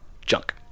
junk